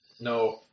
No